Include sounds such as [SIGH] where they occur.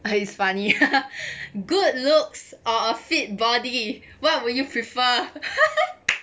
it's funny [LAUGHS] good looks or a fit body what would you prefer